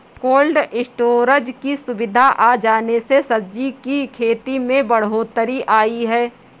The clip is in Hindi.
कोल्ड स्टोरज की सुविधा आ जाने से सब्जी की खेती में बढ़ोत्तरी आई है